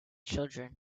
children